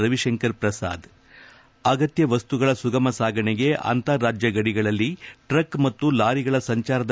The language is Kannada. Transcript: ರವಿಶಂಕರ್ ಪ್ರಸಾದ್ ಅಗತ್ಯ ವಸ್ತುಗಳ ಸುಗಮ ಸಾಗಣೆಗೆ ಅಂತರ ರಾಜ್ಯ ಗಡಿಗಳಲ್ಲಿ ಟ್ರಕ್ ಮತ್ತು ಲಾರಿಗಳ ಸಂಚಾರದ